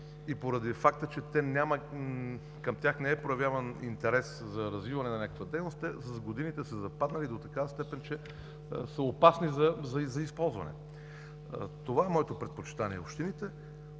и, поради факта че към тях не е проявяван интерес за развиване на някаква дейност, с годините са западнали до такава степен, че са опасни за използване. Това е моето предпочитание: общините,